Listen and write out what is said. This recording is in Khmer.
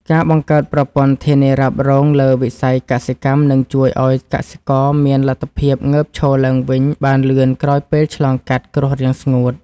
ការបង្កើតប្រព័ន្ធធានារ៉ាប់រងលើវិស័យកសិកម្មនឹងជួយឱ្យកសិករមានលទ្ធភាពងើបឈរឡើងវិញបានលឿនក្រោយពេលឆ្លងកាត់គ្រោះរាំងស្ងួត។